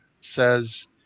says